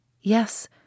Yes